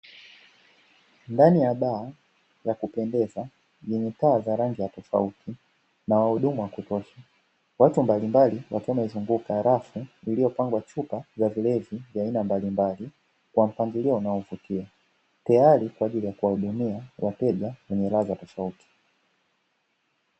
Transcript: Ndani ya baa ya kupendeza yenye taa za rangi ya tofauti na wahudumu wa kutosha. Watu mbalimbali wakiwa wamezunguka rafu iliyopangwa chupa za vilevi vya aina mbalimbali kwa mpangilio unaovutia, teyari kwa ajili ya kuwahudumia wateja wenye ladha tofauti.